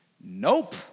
Nope